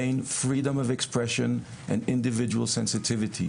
בין חופש הביטוי ורגישות הציבור,